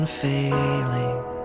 Failing